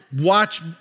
watch